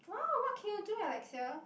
wow what can you do Alexia